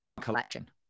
collection